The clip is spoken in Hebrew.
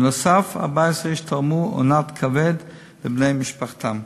בנוסף, 14 איש תרמו אונת כבד לבני משפחתם.